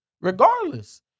regardless